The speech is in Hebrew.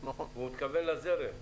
והוא התכוון לזרם.